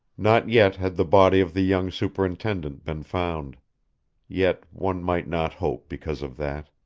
not yet had the body of the young superintendent been found yet one might not hope because of that.